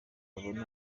babone